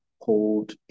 hold